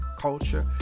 culture